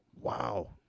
wow